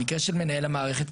במקרה של מנהל המערכת,